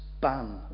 ban